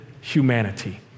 humanity